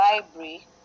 library